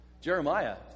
Jeremiah